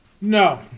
No